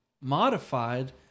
modified